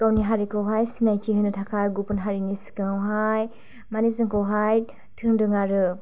गावनि हारिखौहाय सिनायथि होनो थाखाय गुबुन हारिनि सिगाङावहाय माने जोंखौहाय थोनदों आरो